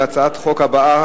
להצעת החוק הבאה,